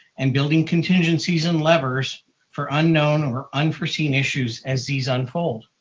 and building contingencies and levers for unknown or unforeseen issues as these unfold.